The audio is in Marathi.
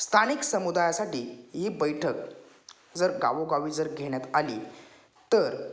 स्थानिक समुदायासाठी ही बैठक जर गावोगावी जर घेण्यात आली तर